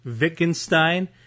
Wittgenstein